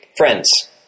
Friends